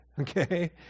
okay